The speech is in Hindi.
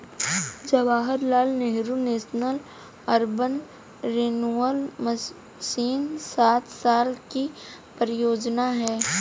Jawaharlal Nehru national urban renewal mission सात साल की परियोजना है